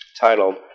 titled